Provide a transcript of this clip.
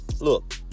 Look